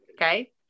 Okay